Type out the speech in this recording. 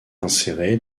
insérée